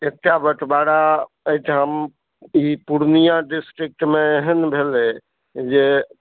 एकटा बटवारा एहिठाम ई पूर्णिया डिस्ट्रिक्टमे एहन भेलै जे